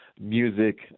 Music